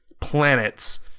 planets